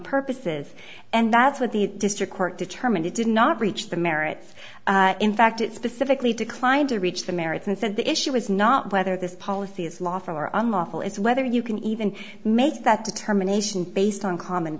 purposes and that's what the district court determined it did not reach the merits in fact it specifically declined to reach the merits and that the issue was not whether this policy is lawful or unlawful is whether you can even make that determination based on common